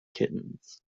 kittens